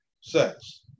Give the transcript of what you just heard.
sex